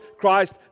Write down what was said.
Christ